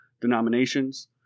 denominations